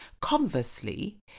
Conversely